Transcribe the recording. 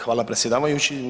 Hvala predsjedavajući.